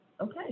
Okay